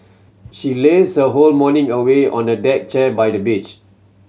she lazed her whole morning away on a deck chair by the beach